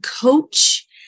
coach